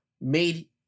made